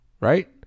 right